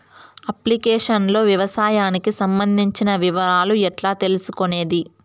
Application లో వ్యవసాయానికి సంబంధించిన వివరాలు ఎట్లా తెలుసుకొనేది?